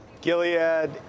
Gilead